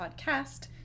Podcast